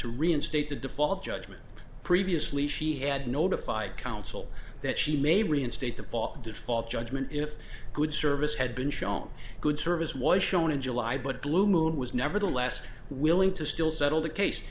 to reinstate the default judgment previously she had notified counsel that she may reinstate the fault default judgment if good service had been shown good service was shown in july but blue moon was nevertheless willing to still settle the case